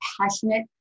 passionate